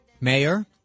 mayor